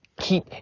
Keep